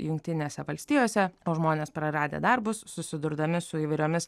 jungtinėse valstijose o žmonės praradę darbus susidurdami su įvairiomis